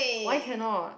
why cannot